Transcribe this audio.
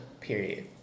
period